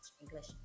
English